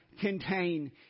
contain